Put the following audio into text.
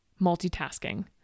multitasking